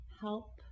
help